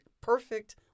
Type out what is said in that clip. perfect